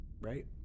right